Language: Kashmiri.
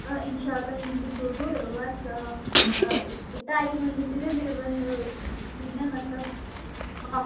آ اِنشاء اللہ یِمہ بہٕ ضروٗر بس ٹایم ؤنِو تُہۍ مےٚ بیٚیہِ ؤنِو تُہۍ مےٚ مطلب آف